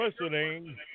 listening